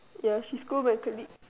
ya she scold my colleague